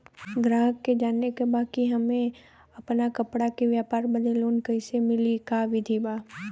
गराहक के जाने के बा कि हमे अपना कपड़ा के व्यापार बदे लोन कैसे मिली का विधि बा?